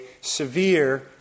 severe